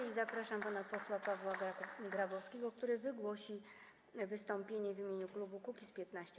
I zapraszam pana posła Pawła Grabowskiego, który wygłosi wystąpienie w imieniu klubu Kukiz’15.